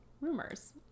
Rumors